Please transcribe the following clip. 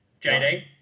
jd